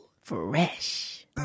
Fresh